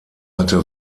hatte